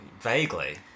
vaguely